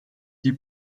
die